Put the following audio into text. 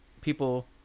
people